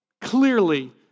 Clearly